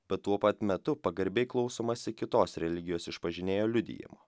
bet tuo pat metu pagarbiai klausomasi kitos religijos išpažinėjo liudijimo